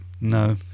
no